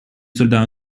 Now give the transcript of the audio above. soldat